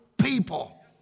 people